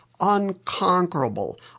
unconquerable